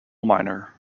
miner